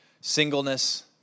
singleness